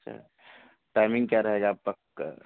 अच्छा टाइमिंग क्या रहेगा आपका